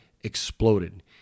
exploded